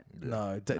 No